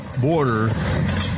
border